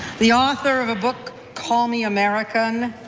the author of a book call me american,